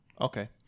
okay